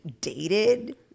dated